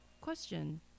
Question